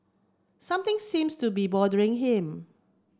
something seems to be bothering him